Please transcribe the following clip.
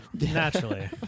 naturally